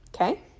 okay